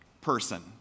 person